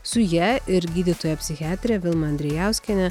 su ja ir gydytoja psichiatre vilma andrijauskiene